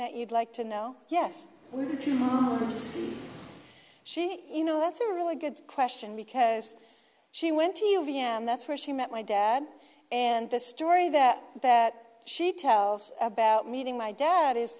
that you'd like to know yes she you know that's a really good question because she went to you v m that's where she met my dad and the story that that she tells about meeting my dad is